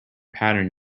pattern